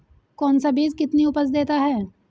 कौन सा बीज कितनी उपज देता है?